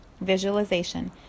visualization